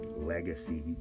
legacy